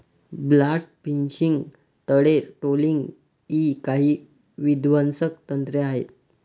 blast fishing, तळ trawling इ काही विध्वंसक तंत्रे आहेत